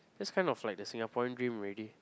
that's kind of like the Singaporean dream already